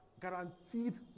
guaranteed